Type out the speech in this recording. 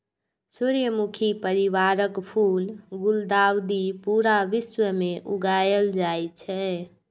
सूर्यमुखी परिवारक फूल गुलदाउदी पूरा विश्व मे उगायल जाए छै